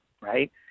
right